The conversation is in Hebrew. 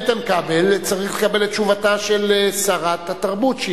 איתן כבל צריך לקבל את תשובתה של שרת התרבות,